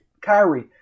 Kyrie